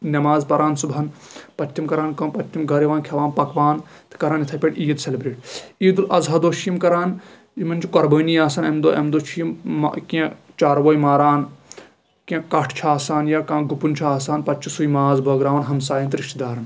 نماز پَران صبحن پَتہٕ چھِ تِم کران کٲم پَتہٕ چھِ تِم گرٕ یِوان کھٮ۪وان پَکوان تہٕ کران یِتھٕے پٲٹھۍ عیٖد سیلبریٹ عیٖد الاضحیٰ دۄہ چھِ یِم کران یِمن چھِ قۄربٲنی آسان اَمہِ دۄہ اَمہِ دۄہ چھِ یِم کیٚنٛہہ چاروٲے ماران کیٚنٛہہ کَٹھ چھِ آسان یا کانٛہہ گُپُن چھُ آسان پَتہٕ چھُ سُے ماز بٲگراوان ہمساین تہٕ رِشتہٕ دارن